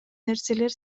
нерселер